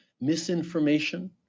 misinformation